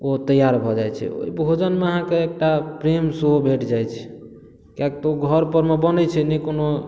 ओ तैयार भऽ जाइ छै ओहि भोजन मे अहाँके एकटा प्रेम सेहो भेट जाइत छै किआक तऽ ओ घर पर मे बनै छै नहि कोनो